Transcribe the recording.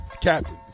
Captain